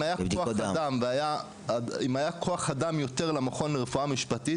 אם היה יותר כוח אדם למכון לרופאה המשפטית,